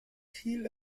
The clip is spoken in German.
kiel